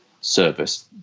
service